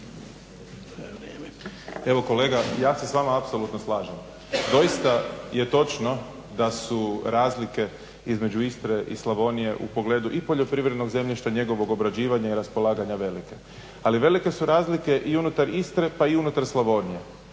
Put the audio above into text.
Evo kolega ja se s vama apsolutno slažem. Doista je točno da su razlike između Istre i Slavonije u pogledu i poljoprivrednog zemljišta i njegovog obrađivanja i raspolaganja velike, ali velike su razlike i unutar Istre pa i unutar Slavonije.